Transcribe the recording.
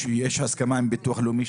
יש הסכמה עם ביטוח לאומי,